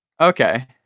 Okay